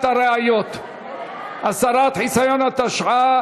בקריאה טרומית ותועבר לוועדת החוקה,